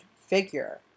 figure